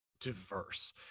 diverse